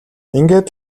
ингээд